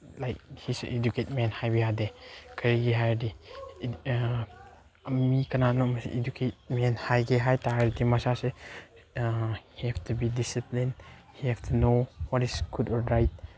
like he is a educated man ꯍꯥꯏꯕ ꯌꯥꯗꯦ ꯀꯔꯤꯒꯤ ꯍꯥꯏꯔꯗꯤ ꯃꯤ ꯀꯅꯥꯅꯣꯝꯃꯁꯤ ꯏꯗꯨꯀꯦꯠ ꯃꯦꯟ ꯍꯥꯏꯒꯦ ꯍꯥꯏ ꯇꯥꯔꯗꯤ ꯃꯁꯥꯁꯦ help to be discipline help to know what is good or right